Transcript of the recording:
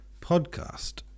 podcast